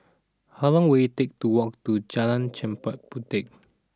how long will it take to walk to Jalan Chempaka Puteh